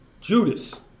Judas